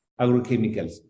agrochemicals